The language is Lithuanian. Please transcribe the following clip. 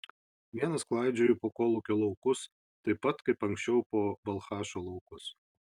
vienas klaidžioju po kolūkio laukus taip pat kaip anksčiau po balchašo laukus